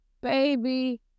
Baby